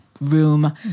room